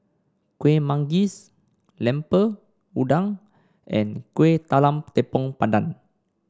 Kueh Manggis Lemper Udang and Kuih Talam Tepong Pandan